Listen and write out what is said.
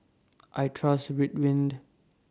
I Trust Ridwind